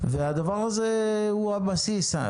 והדבר הזה הוא הבסיס.